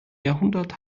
jahrhundert